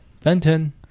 Fenton